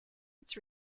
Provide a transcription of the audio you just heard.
its